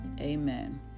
amen